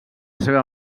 seva